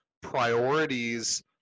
priorities